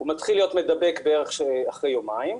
הוא מתחיל להיות מידבק בערך אחרי יומיים,